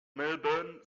melbourne